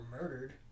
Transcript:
murdered